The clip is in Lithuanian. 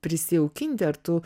prisijaukinti ar tu